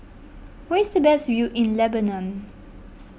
where is the best view in Lebanon